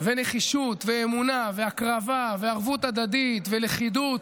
ונחישות ואמונה והקרבה וערבות הדדית ולכידות.